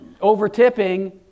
Over-tipping